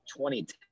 2010